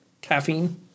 caffeine